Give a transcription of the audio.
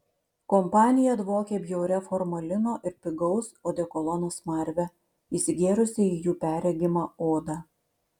kompanija dvokė bjauria formalino ir pigaus odekolono smarve įsigėrusią į jų perregimą odą